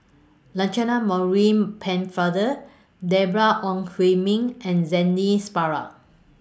Lancelot Maurice Pennefather Deborah Ong Hui Min and Zainal Sapari